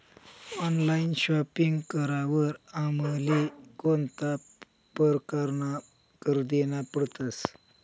Online shopping करावर आमले कोणता परकारना कर देना पडतस?